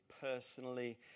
personally